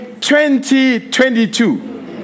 2022